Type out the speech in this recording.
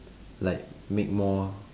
like make more